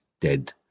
dead